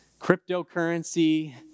cryptocurrency